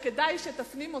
וכדאי שתפנים אותו,